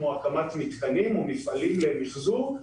כמו הקמת מתקנים או מפעלים למחזור,